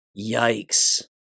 Yikes